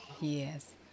Yes